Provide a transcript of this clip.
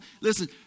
Listen